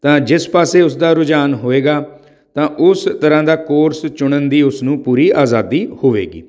ਤਾਂ ਜਿਸ ਪਾਸੇ ਉਸਦਾ ਰੁਝਾਨ ਹੋਏਗਾ ਤਾਂ ਉਸ ਤਰ੍ਹਾਂ ਦਾ ਕੋਰਸ ਚੁਣਨ ਦੀ ਉਸਨੂੰ ਪੂਰੀ ਆਜ਼ਾਦੀ ਹੋਵੇਗੀ